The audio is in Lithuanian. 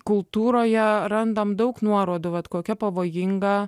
kultūroje randam daug nuorodų vat kokia pavojinga